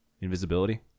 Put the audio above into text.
Invisibility